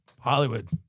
Hollywood